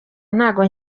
ntabwo